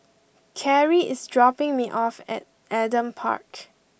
Karrie is dropping me off at Adam Park